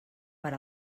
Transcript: per